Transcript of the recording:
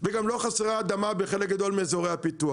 וגם לא חסרה אדמה בחלק גדול מאזורי הפיתוח".